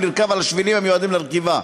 לרכוב על השבילים המיועדים לרכיבה.